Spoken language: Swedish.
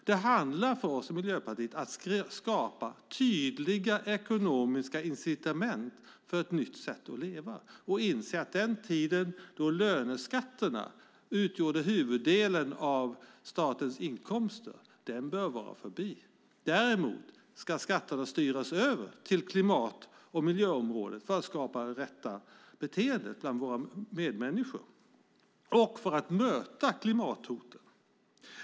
Det handlar för oss i Miljöpartiet om att skapa tydliga ekonomiska incitament för ett nytt sätt att leva och inse att den tid då löneskatterna utgjorde huvuddelen av statens inkomster bör vara förbi. Skatterna ska i stället styras över till klimat och miljöområdet för att skapa det rätta beteendet hos våra medmänniskor och för att möta klimathotet.